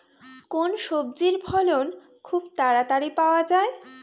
কোন সবজির ফলন খুব তাড়াতাড়ি পাওয়া যায়?